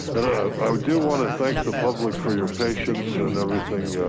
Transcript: and ah i do want to thank the public for your patience and everything,